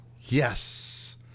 Yes